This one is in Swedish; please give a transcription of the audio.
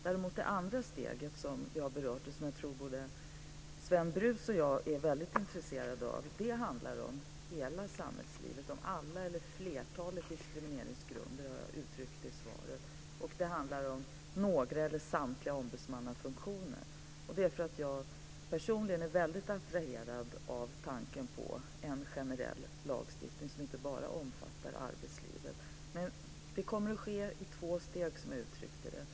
Däremot det andra steget, som vi har berört och som jag tror Sven Brus och jag är väldigt intresserade av, handlar om hela samhällslivet, om alla eller flertalet diskrimineringsgrunder, som jag har uttryckt det i svaret. Det handlar om några eller samtliga ombudsmannafunktioner. Det är för att jag personligen är väldigt attraherad av tanken på en generell lagstiftning som inte bara omfattar arbetslivet. Det kommer att ske i två steg, som jag uttryckte det.